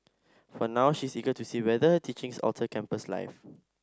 for now she is eager to see whether her teachings alter campus life